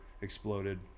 exploded